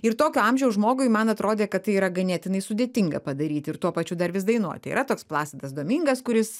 ir tokio amžiaus žmogui man atrodė kad tai yra ganėtinai sudėtinga padaryti ir tuo pačiu dar vis dainuoti yra toks plasidas domingas kuris